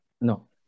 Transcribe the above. No